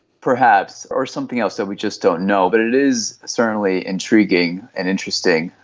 perhaps, or something else, so we just don't know, but it is certainly intriguing and interesting.